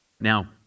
Now